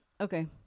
Okay